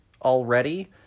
already